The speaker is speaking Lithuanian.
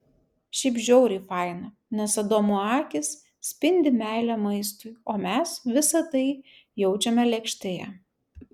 šiaip žiauriai faina nes adomo akys spindi meile maistui o mes visa tai jaučiame lėkštėje